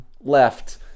left